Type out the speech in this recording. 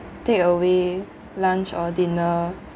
take away lunch or dinner